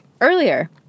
earlier